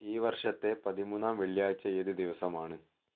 ഈ വർഷത്തെ പതിമൂന്നാം വെള്ളിയാഴ്ച ഏത് ദിവസമാണ്